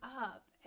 up